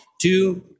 two